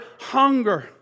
hunger